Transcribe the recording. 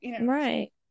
Right